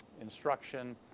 instruction